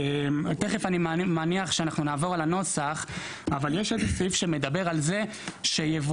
אני מניח שתכף נעבור על הנוסח אבל יש את הסעיף שמדבר על זה שיבואן,